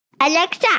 Alexa